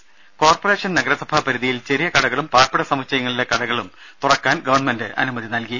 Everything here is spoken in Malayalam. ത കോർപ്പറേഷൻ നഗരസഭ പരിധിയിൽ ചെറിയ കടകളും പാർപ്പിട സമുച്ചയങ്ങളിലെ കടകളും തുറക്കാൻ ഗവൺമെന്റ് അനുമതി നൽകി